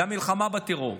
למלחמה בטרור?